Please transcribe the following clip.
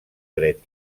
dret